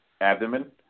abdomen